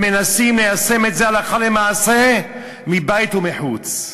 הם מנסים ליישם את זה הלכה למעשה מבית ומחוץ.